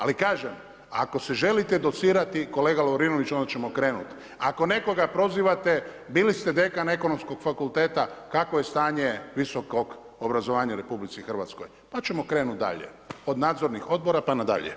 Ali kažem, ako se želite docirati kolega Lovrinović onda ćemo krenut, ako nekoga prozivate bili ste dekan Ekonomskog fakulteta kakvo je stanje visokog obrazovanja u RH, pa ćemo krenuti dalje od nadzornih odbora pa nadalje.